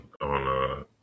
on